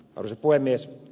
arvoisa puhemies